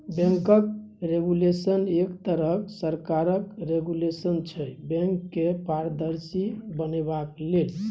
बैंकक रेगुलेशन एक तरहक सरकारक रेगुलेशन छै बैंक केँ पारदर्शी बनेबाक लेल